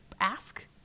ask